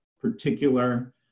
particular